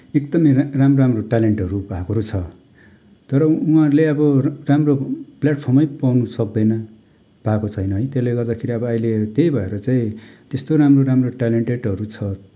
एकदमै रा राम्रो राम्रो ट्यालेन्टहरू भएकोहरू छ तर उनीहरूले अब र् राम्रो प्ल्याटफर्मै पाउनु सक्दैन पाएको छैन है त्यसले गर्दाखेरि अब अहिले त्यही भएर चाहिँ त्यस्तो राम्रो राम्रो ट्यालेन्टेडहरू छ